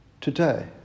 today